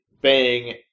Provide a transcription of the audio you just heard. bang